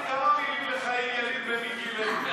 דוד, כמה מילים לחיים ילין ומיקי לוי.